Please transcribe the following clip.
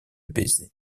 baiser